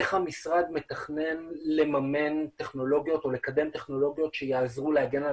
איך המשרד מתכנן לממן טכנולוגיות או לקדם טכנולוגיות שיעזרו להגן על